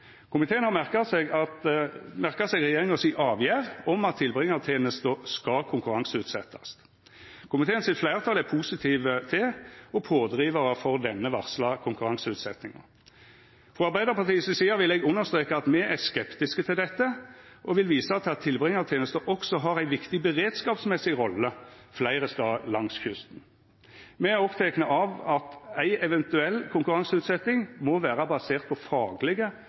Komiteen har merka seg regjeringa si avgjerd om at tilbringartenesta skal konkurranseutsetjast. Komiteen sitt fleirtal er positiv til og pådrivar for denne varsla konkurranseutsetjinga. Frå Arbeidarpartiet si side vil eg understreka at me er skeptiske til dette, og vil visa til at tilbringartenesta også har ei viktig beredskapsmessig rolle fleire stader langs kysten. Me er opptekne av at ei eventuell konkurranseutsetjing må vera basert på faglege